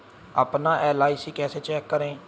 अपना एल.आई.सी कैसे चेक करें?